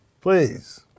please